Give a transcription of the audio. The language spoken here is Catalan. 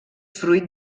fruit